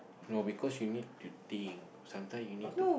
no because you need to think sometimes you need to